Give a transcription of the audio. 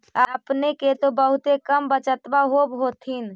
अपने के तो बहुते कम बचतबा होब होथिं?